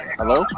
hello